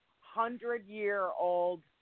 hundred-year-old